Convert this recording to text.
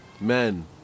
men